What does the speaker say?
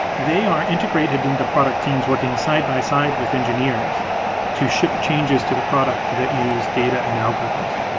they are integrated into product teams working side-by-side with engineers to shift changes to the product that use data and algorithms.